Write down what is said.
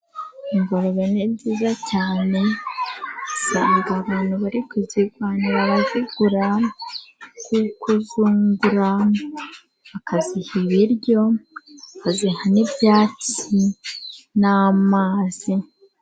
Ingurube ni nziza cyane, usanga abantu bari kuzirwanira bazigura kuko zungura, bakaziha ibiryo, bakaziha n'ibyatsi n'amazi.